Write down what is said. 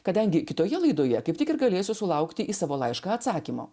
kadangi kitoje laidoje kaip tik ir galėsiu sulaukti į savo laišką atsakymo